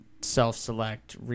self-select